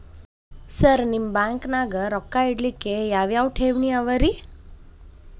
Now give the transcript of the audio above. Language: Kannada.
ಸರ್ ನಿಮ್ಮ ಬ್ಯಾಂಕನಾಗ ರೊಕ್ಕ ಇಡಲಿಕ್ಕೆ ಯಾವ್ ಯಾವ್ ಠೇವಣಿ ಅವ ರಿ?